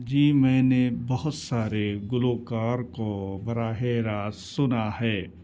جی میں نے بہت سارے گلوکار کو براہِ راست سنا ہے